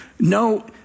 No